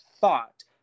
thought